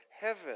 heaven